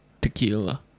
Tequila